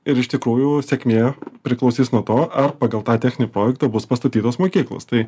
ir iš tikrųjų sėkmė priklausys nuo to ar pagal tą techninį projektą bus pastatytos mokyklos tai